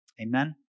Amen